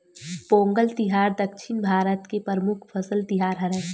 पोंगल तिहार दक्छिन भारत के परमुख फसल तिहार हरय